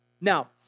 Now